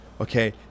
Okay